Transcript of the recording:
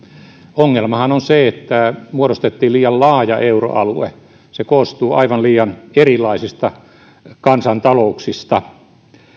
ongelmahan on se että muodostettiin liian laaja euroalue se koostuu aivan liian erilaisista kansantalouksista